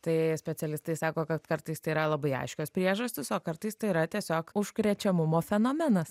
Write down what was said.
tai specialistai sako kad kartais tai yra labai aiškios priežastys o kartais tai yra tiesiog užkrečiamumo fenomenas